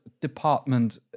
department